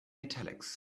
italics